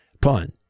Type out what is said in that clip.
Pun